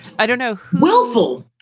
i don't know willful,